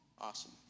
Awesome